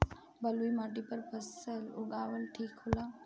बलुई माटी पर फसल उगावल ठीक होला?